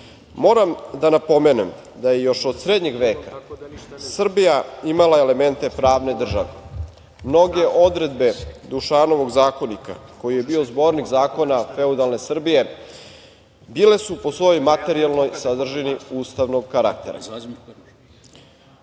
da napomenem da je još od srednjeg veka Srbija imala elemente pravne države. Mnoge odredbe Dušanovog zakonika koji je bio zbornik zakona feudalne Srbije bile su po svojoj materijalnoj sadržini ustavnog karaktera.